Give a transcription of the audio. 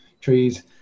trees